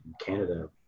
Canada